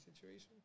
situation